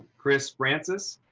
chris francis.